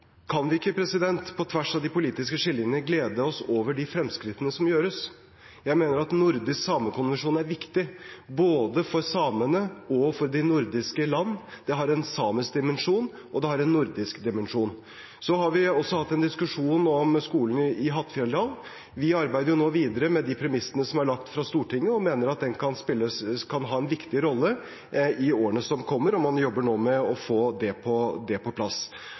Kan vi ikke på tvers av de politiske skillelinjene glede oss over de fremskrittene som gjøres? Jeg mener at nordisk samekonvensjon er viktig, både for samene og for de nordiske land. Det har en samisk dimensjon, og det har en nordisk dimensjon. Så har vi også hatt en diskusjon om skolen i Hattfjelldal. Vi arbeider nå videre med de premissene som er lagt fra Stortinget, og mener at den kan ha en viktig rolle i årene som kommer. Man jobber nå med å få det på